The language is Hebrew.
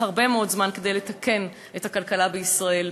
הרבה מאוד זמן כדי לתקן את הכלכלה בישראל.